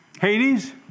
Hades